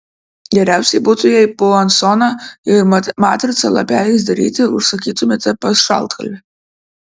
geriausiai būtų jei puansoną ir matricą lapeliams daryti užsakytumėte pas šaltkalvį